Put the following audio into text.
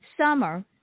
Summer